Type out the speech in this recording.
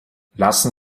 lassen